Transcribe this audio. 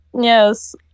yes